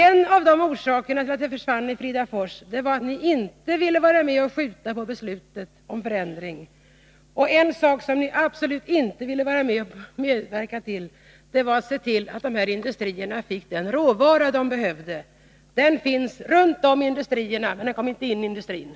En av orsakerna till att de anställda försvann i Fridafors var att ni inte ville skjuta på beslutet om förändring. En sak som ni absolut inte ville medverka till var att se till att dessa industrier fick den råvara som de behövde. Den fanns runt om industrierna, men den kom inte in i industrierna.